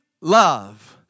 love